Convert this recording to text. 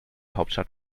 hauptstadt